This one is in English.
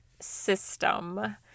system